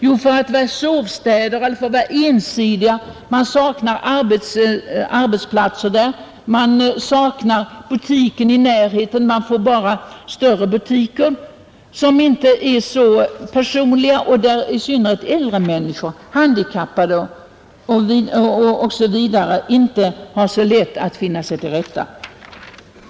Jo, för att vara sovstäder, för att vara ensidiga — man saknar arbetsplatser, man saknar butiken i närheten, man får bara större butiker som inte är så personliga och där i synnerhet äldre människor, handikappade osv. inte har så lätt att finna sig till rätta.